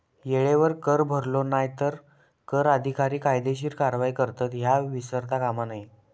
येळेवर कर भरलो नाय तर कर अधिकारी कायदेशीर कारवाई करतत, ह्या विसरता कामा नये